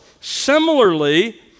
Similarly